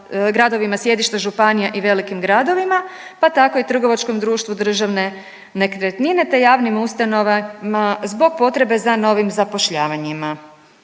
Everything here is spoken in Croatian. gradovima sjedišta županija i velikim gradovima pa tako i trgovačkom društvu Državne nekretnine te javnim ustanovama zbog potrebe za novim zapošljavanjima.